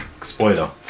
Spoiler